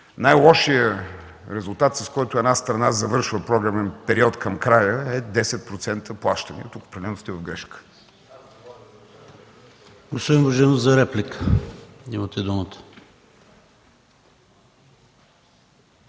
най-лошият резултат, с който една страна завършва програмен период към края е 10% плащане. Тук определено сте в грешка.